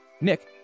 Nick